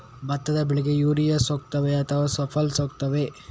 ಭತ್ತದ ಬೆಳೆಗೆ ಯೂರಿಯಾ ಸೂಕ್ತವೇ ಅಥವಾ ಸುಫಲ ಸೂಕ್ತವೇ?